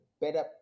better